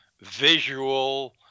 visual